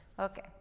Okay